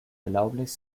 erlaubnis